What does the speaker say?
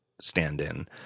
stand-in